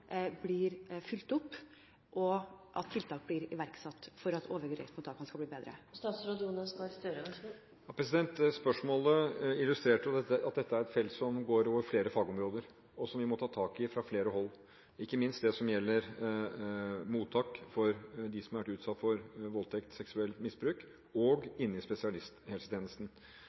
blir fulgt opp, og at tiltak blir iverksatt for at overgrepsmottakene skal bli bedre? Spørsmålet illustrerer at dette er et felt som omfatter flere fagområder, og som vi må ta tak i fra flere hold – ikke minst gjelder det mottak av dem som har vært utsatt for voldtekt og seksuelt misbruk, og innen spesialisthelsetjenesten. Jeg har redegjort for hva som er situasjonen og arbeidsformen i